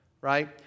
Right